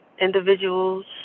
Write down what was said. individuals